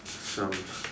some